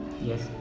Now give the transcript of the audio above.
Yes